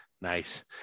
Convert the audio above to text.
nice